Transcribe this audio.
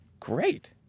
great